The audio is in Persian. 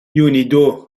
یونیدو